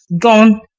gone